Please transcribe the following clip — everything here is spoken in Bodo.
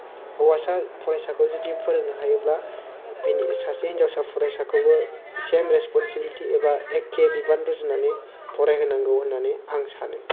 हौवासा फरायसाखौ जुदि फरोंनो हायोब्ला सासे हिनजावसा फरायसाखौबो सेम रेसपनसिबिलिटि एबा एखे बिबान रुजुननानै फरायहोनांगौ होननानै आं सानो